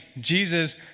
Jesus